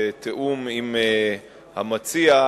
בתיאום עם המציע,